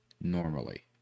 normally